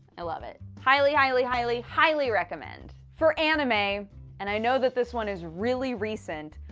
i love it. highly highly highly highly recommend. for anime and i know that this one is really recent,